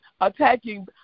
attacking